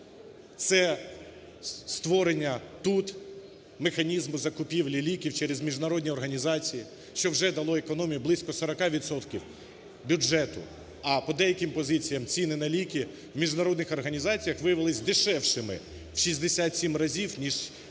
Це створення тут механізму закупівлі ліків через міжнародні організації, що вже дало економію близько 40 відсотків бюджету. А по деяким позиціям ціни на ліки в міжнародних організаціях виявились дешевшими в 67 разів, ніж як